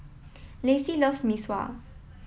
Lacey loves Mee Sua